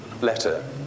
letter